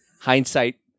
Hindsight